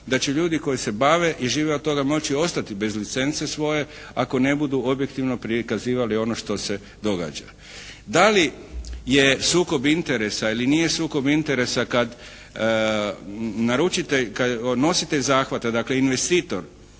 da će ljudi koji se bave i žive od toga moći ostati bez licence svoje ako ne budu objektivno prikazivali ono što se događa. Da li je sukob interesa ili nije sukob interesa kad naručitelj, nositelj zahvata dakle investitor